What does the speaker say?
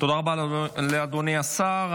תודה רבה לאדוני השר.